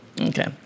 Okay